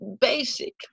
basic